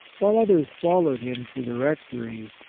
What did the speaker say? while others followed him to the rectory,